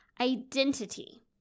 identity